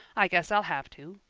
i guess i'll have to.